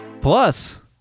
Plus